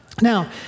Now